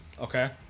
Okay